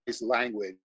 language